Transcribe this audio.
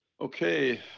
Okay